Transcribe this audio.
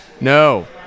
No